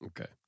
Okay